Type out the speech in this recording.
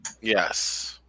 Yes